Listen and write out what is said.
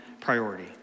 priority